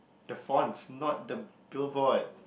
the fonts not the billboard